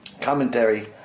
commentary